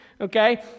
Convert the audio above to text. Okay